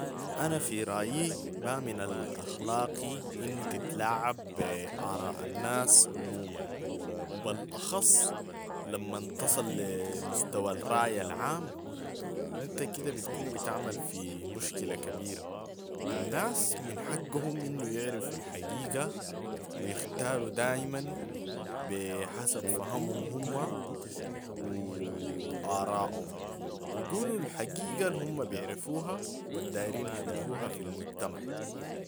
أنا في رأيي ما من الأخلاقي أنو تتلاعب بآراء الناس عموماً و بالأخص لمن تصل لي مستوى الرأي العام، أنت كده بتكون بتعمل في مشكلة كبيرة، الناس من حقهم أنو يعرفوا الحقيقة و يختاروا دائماً بحسب فهمهم هم و آراءهم و يقولوا الحقيقة الهم بعرفوها و الدارين شوفوها في المجتمع.